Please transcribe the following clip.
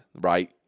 right